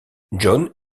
john